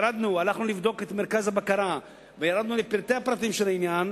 ירדנו והלכנו לבדוק את מרכז הבקרה וירדנו לפרטי הפרטים של העניין,